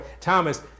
Thomas